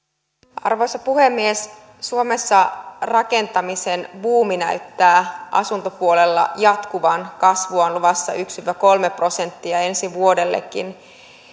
arvoisa puhemies suomessa rakentamisen buumi näyttää asuntopuolella jatkuvan kasvua on luvassa yksi viiva kolme prosenttia ensi vuodellekin